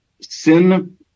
Sin